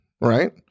Right